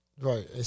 Right